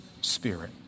spirit